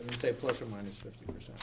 a plus or minus fifty percent